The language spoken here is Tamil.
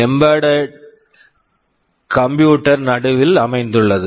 எம்பெடெட் embedded கம்ப்யூட்டர் computer நடுவில் அமைந்துள்ளது